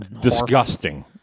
Disgusting